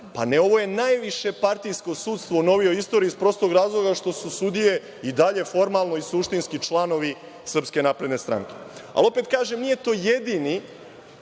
Pa ovo je najviše partijsko sudstvo u novijoj istoriji iz prostog razloga što su sudije i dalje formalno i suštinski članovi SNS. Opet kažem, nije to jedini